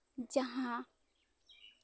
ᱡᱟᱦᱟᱸ